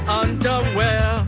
underwear